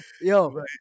Yo